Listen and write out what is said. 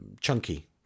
chunky